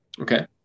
Okay